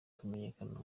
kumenyekana